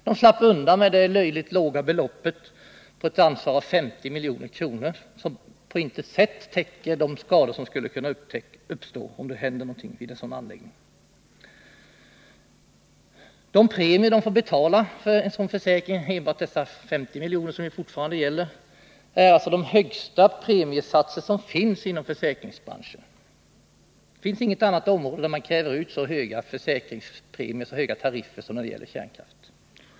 De slapp undan med att ansvara för det löjligt låga beloppet 50 miljoner, vilket på intet sätt täcker de skador som skulle kunna uppstå om det hände någonting vid en sådan anläggning. De premier de får betala för dessa försäkringar — 50 miljoner är det belopp som fortfarande gäller — är de högsta som finns inom försäkringsbranschen. Det finns inget annat område där man har så höga tariffer som när det gäller kärnkraften.